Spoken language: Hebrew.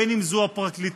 בין אם זו הפרקליטות,